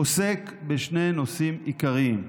כמו שאמרתי, עוסק בשני נושאים עיקריים: